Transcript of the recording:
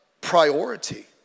priority